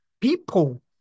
people